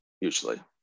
usually